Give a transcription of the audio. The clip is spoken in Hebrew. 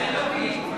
יאיר לפיד.